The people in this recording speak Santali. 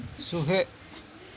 ᱥᱩᱦᱮᱫ